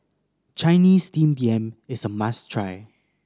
Chinese Steamed Yam is a must try